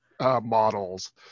models